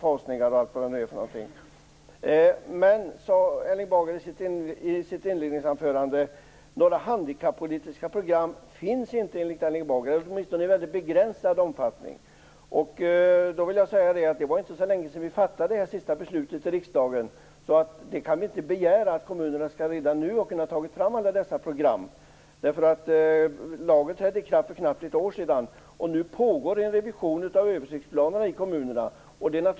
Erling Bager sade i sitt inledningsanförande att det inte finns några handikappolitiska program eller att de bara finns i mycket begränsad omfattning. Men det var inte så länge sedan som vi fattade beslutet i riksdagen. Vi kan därför inte begära att kommunerna redan nu skall ha hunnit ta fram alla dessa program. Lagen trädde i kraft för knappt ett år sedan. Nu pågår det en revision av översiktsplanerna ute i kommunerna.